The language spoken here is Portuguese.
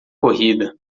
corrida